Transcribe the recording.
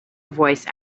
voice